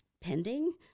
pending